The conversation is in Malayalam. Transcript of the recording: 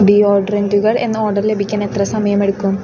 ഡിയോഡ്രൻറ്റുകൾ എന്ന ഓർഡർ ലഭിക്കാൻ എത്ര സമയമെടുക്കും